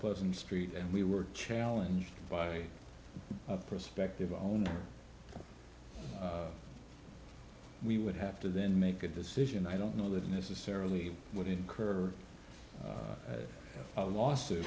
pleasant street and we were challenge by prospective owner we would have to then make a decision i don't know that necessarily would incur a lawsuit